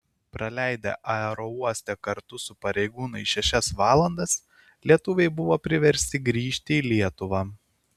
praleidę aerouoste kartu su pareigūnais šešias valandas lietuviai buvo priversti grįžti į lietuvą